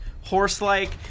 horse-like